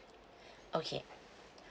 okay